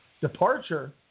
departure